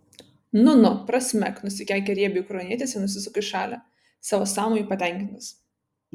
nu nu prasmek nusikeikė riebiai ukrainietis ir nusisuko į šalį savo sąmoju patenkintas